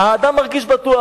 האדם מרגיש בטוח,